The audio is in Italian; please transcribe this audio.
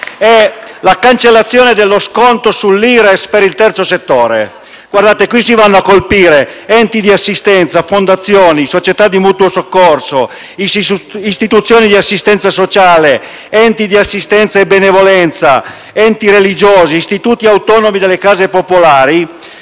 la cancellazione dello sconto sull'Ires per il terzo settore. Si vanno a colpire enti di assistenza, fondazioni, società di mutuo soccorso, istituzioni di assistenza sociale, enti di assistenza e benevolenza, enti religiosi, istituti autonomi delle case popolari,